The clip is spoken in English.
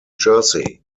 jersey